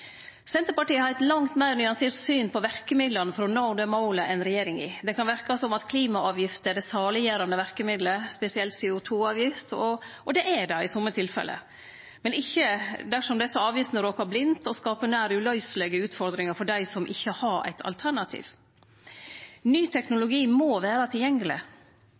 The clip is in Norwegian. Senterpartiet har eit langt meir nyansert syn på verkemidla for å nå det målet enn regjeringa har. Det kan verke som at klimaavgift er det saliggjerande verkemiddelet, spesielt CO 2 -avgift, og det er det i somme tilfelle, men ikkje dersom desse avgiftene råkar blindt og skaper nær uløyselege utfordringar for dei som ikkje har eit alternativ. Ny teknologi må vere tilgjengeleg.